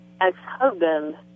ex-husband